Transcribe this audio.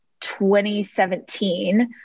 2017